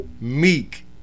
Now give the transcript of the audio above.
Meek